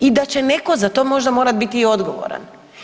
I da će netko za to možda morati biti i odgovoran.